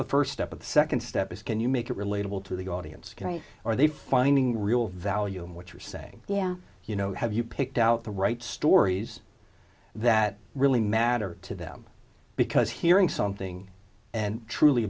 the first step of the second step is can you make it relatable to the audience tonight are they finding real value in what you're saying yeah you know have you picked out the right stories that really matter to them because hearing something and truly